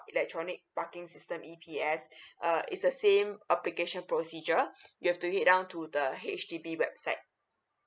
electronic parking system E_P_S err it's the same application procedure you have to head down to the H_D_B website